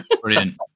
brilliant